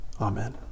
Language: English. Amen